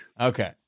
Okay